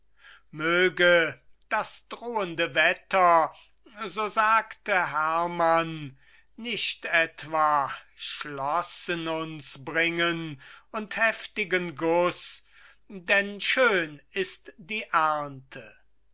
möge das drohende wetter so sagte hermann nicht etwa schloßen uns bringen und heftigen guß denn schön ist die ernte